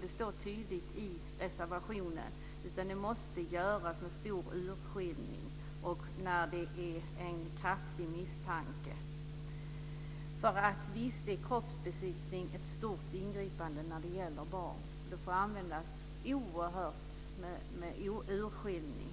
det står tydligt i reservationen - utan det måste göras med stor urskiljning och när det finns starka misstankar. Visst är kroppsbesiktning ett stort ingripande när det gäller barn, och det får användas med oerhört stor urskiljning.